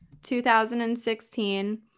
2016